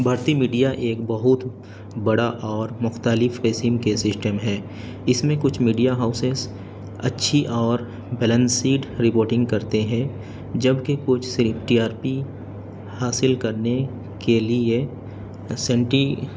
بھارتی میڈیا ایک بہت بڑا اور مختلف قسم کے سسٹم ہے اس میں کچھ میڈیا ہاؤسیز اچھی اور بیلنسیڈ رپورٹنگ کرتے ہیں جبکہ کچھ صرف ٹی آر پی حاصل کرنے کے لیے سینٹی